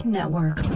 Network